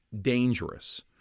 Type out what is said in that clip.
dangerous